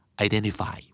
Identify